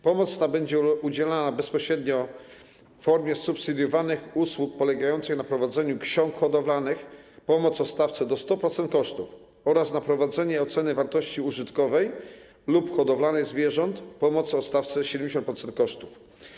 Pomoc ta będzie udzielana pośrednio, w formie subsydiowanych usług polegających na prowadzeniu ksiąg hodowlanych (pomoc o stawce do 100% kosztów) oraz na prowadzeniu oceny wartości użytkowej lub hodowlanej zwierząt (pomoc o stawce do 70% kosztów)